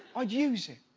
i'd use it.